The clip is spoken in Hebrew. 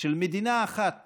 של מדינה אחת